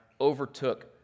overtook